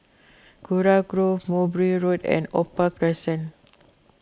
Kurau Grove Mowbray Road and Opal Crescent